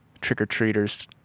trick-or-treaters